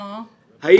אנחנו נבדוק את זה.